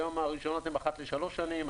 היום הרישיונות הם אחת לשלוש שנים.